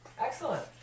Excellent